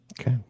Okay